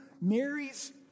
Mary's